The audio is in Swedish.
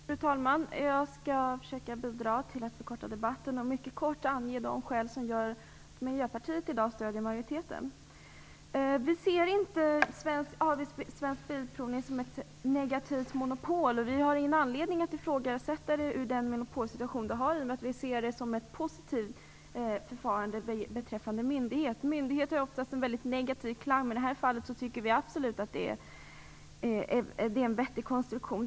Fru talman! Jag skall försöka bidra till att debatten förkortas, och bara mycket kort ange de skäl som gör att Miljöpartiet i dag stöder majoriteten. Vi ser inte AB Svensk Bilprovning som något negativt monopol. Vi ser ingen anledning att ifrågasätta den monopolsituation vi i dag har. Vi ser det nuvarande förfarandet som positivt. Ordet "myndighet" har ofta en väldigt negativ klang, men i det här fallet tycker vi absolut att konstruktionen är vettig.